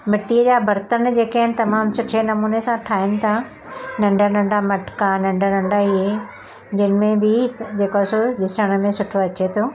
मिटीअ जा बरितन जेके आहिनि तमामु सुठे नमूने सां ठाहिनि था नंढा नंढा मटका नंढा नंढा ईअं जंहिं में बि जेको सो ॾिसण में सुठो अचे थो